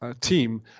team